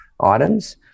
items